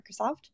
Microsoft